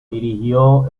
dirigió